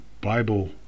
Bible